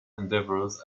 endeavors